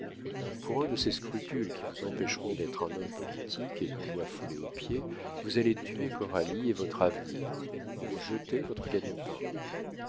pour un de ces scrupules qui vous empêcheront d'être un homme politique et qu'on doit fouler aux pieds vous allez tuer coralie et votre avenir vous jetez votre